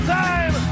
time